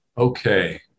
Okay